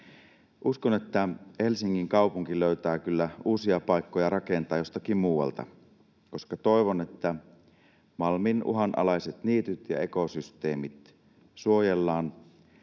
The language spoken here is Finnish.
Uskon, että Helsingin kaupunki löytää kyllä uusia paikkoja rakentaa jostakin muualta, koska toivon, että Malmin uhanalaiset niityt ja ekosysteemit suojellaan.